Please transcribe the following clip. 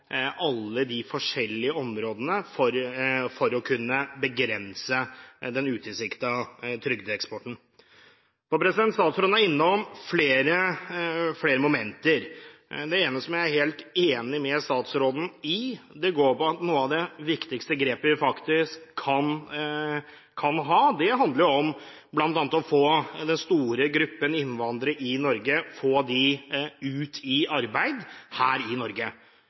alle de forskjellige områdene for å kunne begrense den utilsiktede trygdeeksporten. Statsråden var innom flere momenter. Det ene, som jeg er helt enig med statsråden i, handler om at et av de viktigste grepene vi faktisk kan ta, er å få den store gruppen innvandrere i Norge ut i arbeid her i Norge.